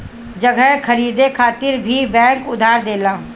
जगह खरीदे खातिर भी बैंक उधार देला